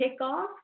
kickoff